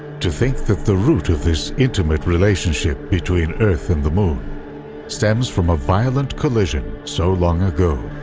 to think that the root of this intimate relationship between earth and the moon stems from a violent collision so long ago.